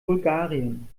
bulgarien